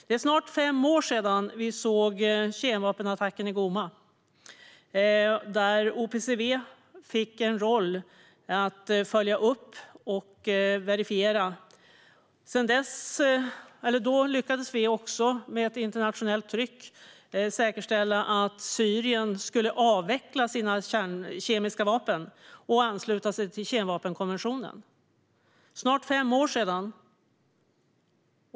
Det är snart fem år sedan vi såg kemvapenattacken i Ghouta. OPCW fick en roll att följa upp och verifiera. Då lyckades vi också med ett internationellt tryck säkerställa att Syrien skulle avveckla sina kemiska vapen och ansluta sig till kemvapenkonventionen. Det är snart fem år sedan.